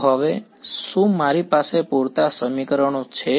તો હવે શું મારી પાસે પૂરતા સમીકરણો છે